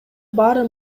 баары